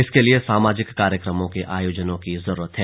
इसके लिए सामाजिक कार्यक्रमों के आयोजन की जरूरत है